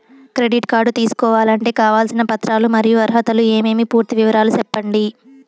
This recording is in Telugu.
క్రెడిట్ కార్డు తీసుకోవాలంటే కావాల్సిన పత్రాలు మరియు అర్హతలు ఏమేమి పూర్తి వివరాలు సెప్పండి?